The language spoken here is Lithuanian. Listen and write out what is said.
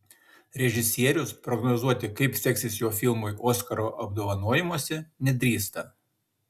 režisierius prognozuoti kaip seksis jo filmui oskaro apdovanojimuose nedrįsta